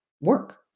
work